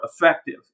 effective